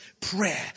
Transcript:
prayer